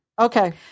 Okay